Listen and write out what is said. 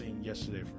Yesterday